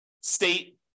state